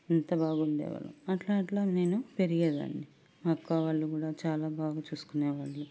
అంత బాగుండేవాళ్లు అట్ల అట్ల నేను పెరిగేదాన్ని మా అక్క వాళ్ళు కూడా చాలా బాగా చూసుకునేవాళ్ళు